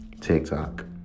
TikTok